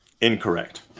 Incorrect